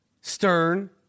Stern